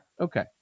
Okay